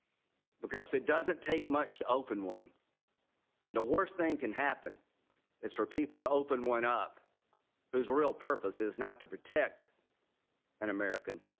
because it doesn't take much to open one and the worst thing can happen is for people to open one up whose real purpose is not to protect an american,